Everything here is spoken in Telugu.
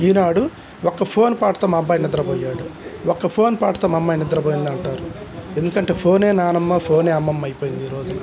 ఈనాడు ఒక ఫోన్ పాటతో మా అబ్బాయి నిద్రపోయాడు ఒక ఫోన్ పాటతో మా అమ్మాయి నిద్రపోయింది అంటారు ఎందుకంటే ఫోనే నానమ్మ ఫోనే అమ్మమ్మ అయిపోయింది ఈ రోజున